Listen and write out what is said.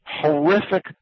horrific